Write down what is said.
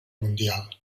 mundial